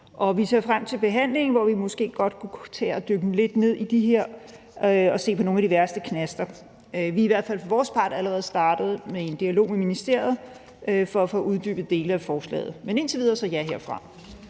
Vi ser frem til udvalgsbehandlingen, hvor vi måske godt kunne tage at dykke lidt ned i det her og se på nogle af de værste knaster. Vi har for vores vedkommende allerede startet en dialog med ministeriet for at få uddybet dele af forslaget. Men indtil videre er det et ja herfra.